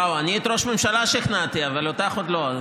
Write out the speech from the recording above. וואו, את ראש הממשלה שכנעתי אבל אותך עוד לא.